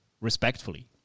Respectfully